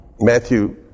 Matthew